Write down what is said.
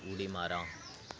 उडी मारा